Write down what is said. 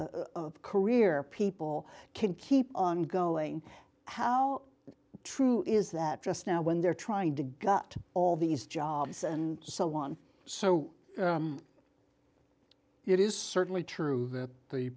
career people can keep on going how true is that just now when they're trying to got all these jobs and so on so it is certainly true that the